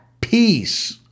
peace